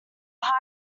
higher